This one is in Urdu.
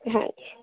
ہاں جی